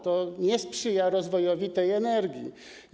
To nie sprzyja rozwojowi tej energii.